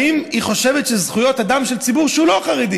האם היא חושבת שזכויות אדם של ציבור שהוא לא חרדי